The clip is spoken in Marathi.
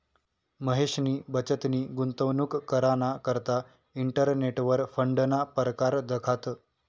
महेशनी बचतनी गुंतवणूक कराना करता इंटरनेटवर फंडना परकार दखात